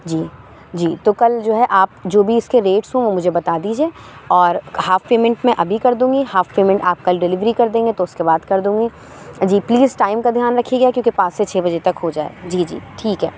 جی جی تو کل جو ہے آپ جو بھی اس کے ریٹس ہوں وہ مجھے بتا دیجیے اور ہاف پیمنٹ میں ابھی کر دوں گی ہاف پیمنٹ آپ کل ڈلیوری کر دیں گے تو اس کے بعد کر دوں گی جی پلیز ٹائم کا دھیان رکھیے گا کیونکہ پانچ سے چھ بجے تک ہو جائے جی جی ٹھیک ہے